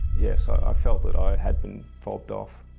yes, i felt that i had been fobbed off.